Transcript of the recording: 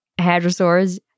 Hadrosaurs